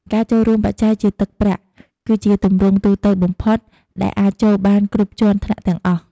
ការចូលរួមបច្ច័យជាទឹកប្រាក់ គឺជាទម្រង់ទូទៅបំផុតដែលអាចចូលបានគ្រប់ជាន់ថ្នាក់ទាំងអស់។